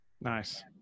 Nice